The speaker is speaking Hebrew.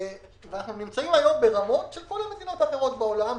ואנחנו נמצאים היום ברמות של כל המדינות האחרות בעולם,